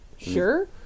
sure